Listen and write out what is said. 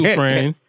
friend